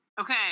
okay